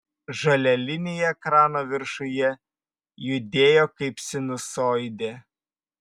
žalia linija ekrano viršuje judėjo kaip sinusoidė